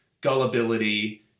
gullibility